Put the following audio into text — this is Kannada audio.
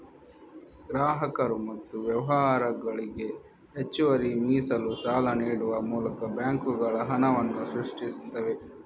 ಗ್ರಾಹಕರು ಮತ್ತು ವ್ಯವಹಾರಗಳಿಗೆ ಹೆಚ್ಚುವರಿ ಮೀಸಲು ಸಾಲ ನೀಡುವ ಮೂಲಕ ಬ್ಯಾಂಕುಗಳು ಹಣವನ್ನ ಸೃಷ್ಟಿಸ್ತವೆ